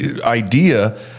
idea